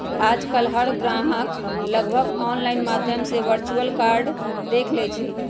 आजकल हर ग्राहक लगभग ऑनलाइन माध्यम से वर्चुअल कार्ड देख लेई छई